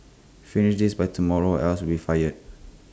finish this by tomorrow or else you'll be fired